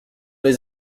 les